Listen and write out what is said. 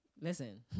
Listen